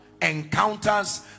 encounters